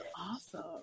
Awesome